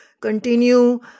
continue